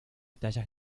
tallas